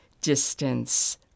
distance